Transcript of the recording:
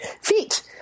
feet